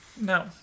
No